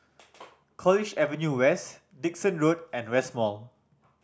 College Avenue West Dickson Road and West Mall